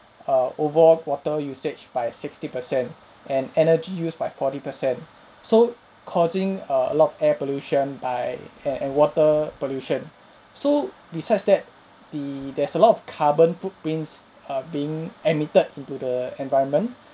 err overall water usage by sixty per cent and energy use by forty per cent so causing err a lot of air pollution by air eh water pollution so besides that the there's a lot of carbon footprints err being admitted into the environment